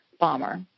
bomber